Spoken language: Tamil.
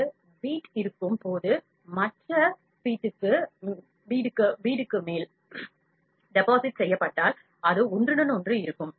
ஒரு பீட் இருக்கும் போது மற்ற பீட்டுக்கு மேல் டெபாசிட் செய்யப்பட்டால் அது ஒன்றுடன் ஒன்று இருக்கும்